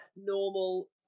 normal